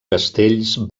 castells